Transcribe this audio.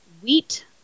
wheat